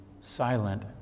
silent